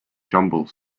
jumble